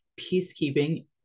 peacekeeping